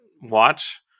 watch